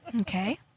Okay